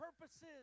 purposes